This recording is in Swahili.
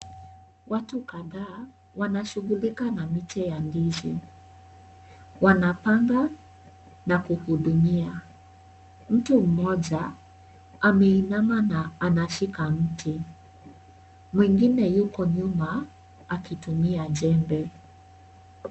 Watu kadhaa, wanashughulikia na miche ya ndizi. Wanapanda na kuhudumia. Mtu mmoja ameinama na anashika mti. Mwingine yuko nyuma akitumia jembe.